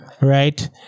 right